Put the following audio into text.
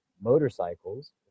motorcycles